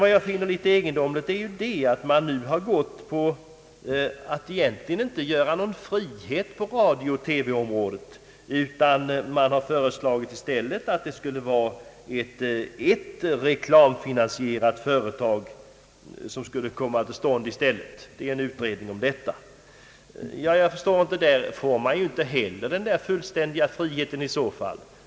Vad jag emellertid finner egendom ligt är att man nu egentligen inte har föreslagit någon frihet på radiooch TV-området, utan man har i stället föreslagit utredning av frågan om ett reklamfinansierat företag. I så fall får man inte heller någon fullständig frihet.